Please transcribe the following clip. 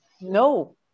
No